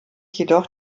jedoch